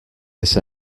this